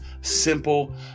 simple